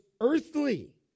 earthly